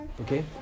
okay